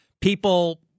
People